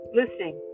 listening